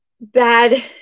bad